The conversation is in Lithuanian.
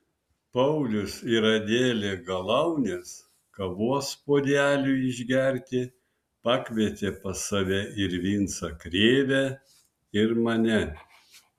paulius ir adelė galaunės kavos puodeliui išgerti pakvietė pas save ir vincą krėvę ir mane